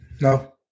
No